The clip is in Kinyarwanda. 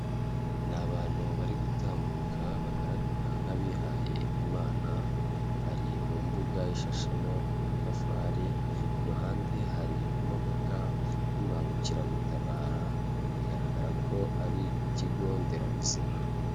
Ni abantu bari gutambuka bagaragara nk'abihaye Imana bari mu mbuga ishashemo amatafari, iruhande hari imodoka y'imbangukiragutabara bigaragara ko ari ku kigo nderabuzima.